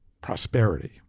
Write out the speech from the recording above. prosperity